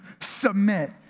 Submit